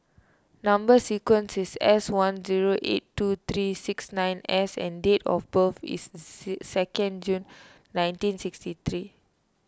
Number Sequence is S one zero eight two three six nine S and date of birth is second June nineteen sixty three